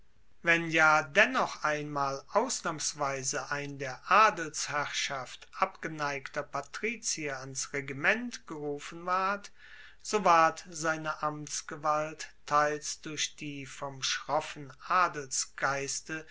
wenn ja dennoch einmal ausnahmsweise ein der adelsherrschaft abgeneigter patrizier ans regiment gerufen ward so ward seine amtsgewalt teils durch die vom schroffen